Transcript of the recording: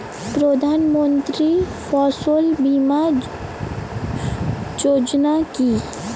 প্রধানমন্ত্রী ফসল বীমা যোজনা কি?